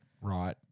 Right